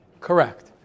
Correct